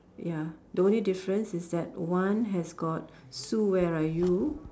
ya the only difference is that one has got Sue where are you